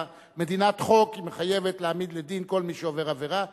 מדינת חוק מחייבת להעמיד לדין כל מי שעובר עבירה,